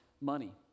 money